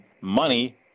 money